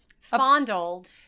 fondled